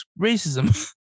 Racism